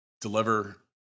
deliver